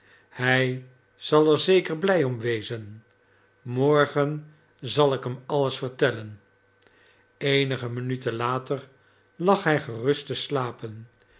hij zal er zeker blij om wezen morgen zal ik hem alles vertellen eenige minuten later lag hij gerust te slapen